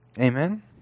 Amen